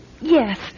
yes